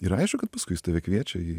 ir aišku kad paskui jis tave kviečia į